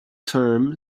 term